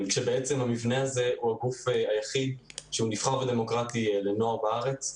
המבנה הזה הוא הגוף היחיד שהוא נבחר ודמוקרטי לנוער בארץ.